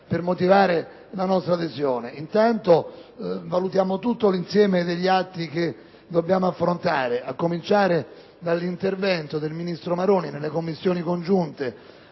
per motivare la nostra adesione. Intanto valutiamo tutto l'insieme dei lavori che dobbiamo affrontare, a cominciare dall'intervento del ministro Maroni nelle Commissioni riunite